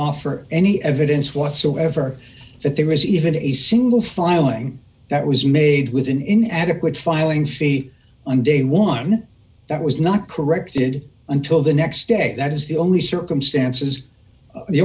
offer any evidence whatsoever that there was even a single filing that was made within in adequate filing fee on day one dollar that was not corrected until the next day that is the only circumstances